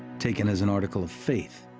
taken as an article of faith.